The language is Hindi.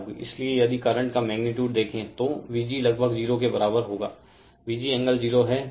इसलिए यदि करंट का मैगनीटुड देखें तो Vg लगभग 0 के बराबर होगा Vg एंगल 0 हैं